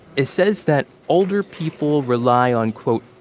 it says that alderpeople rely on, quote,